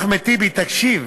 אחמד טיבי, תקשיב.